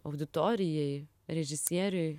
auditorijai režisieriui